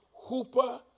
hooper